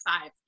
five